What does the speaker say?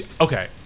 okay